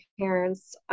parents